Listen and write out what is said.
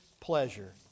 pleasure